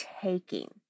taking